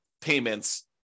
payments